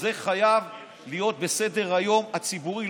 שזה חייב להיות בסדר-היום הציבורי,